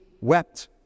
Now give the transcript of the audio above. wept